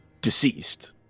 deceased